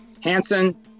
Hansen